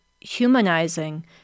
humanizing